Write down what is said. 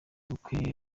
ubukwe